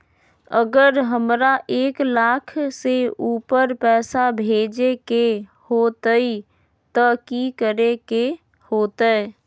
अगर हमरा एक लाख से ऊपर पैसा भेजे के होतई त की करेके होतय?